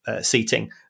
seating